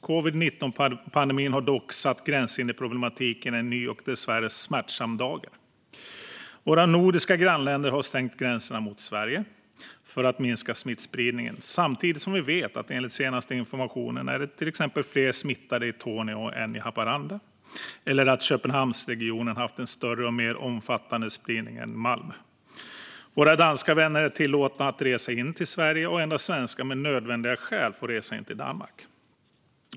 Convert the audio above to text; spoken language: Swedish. Covid-19-pandemin har dock satt gränshindersproblematiken i en ny och dessvärre smärtsam dager. Våra nordiska grannländer har stängt gränserna mot Sverige för att minska smittspridningen, samtidigt som vi vet att det enligt den senaste informationen finns fler smittade till exempel i Torneå än i Haparanda och att Köpenhamnsregionen haft en större och mer omfattande spridning än Malmö. Våra danska vänner är tillåtna att resa in till Sverige, men endast svenskar med nödvändiga skäl får resa in till Danmark.